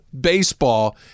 baseball